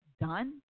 done